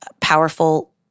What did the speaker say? powerful